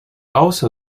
also